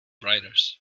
writers